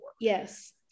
Yes